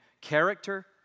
character